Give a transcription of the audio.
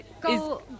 Go